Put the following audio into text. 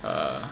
uh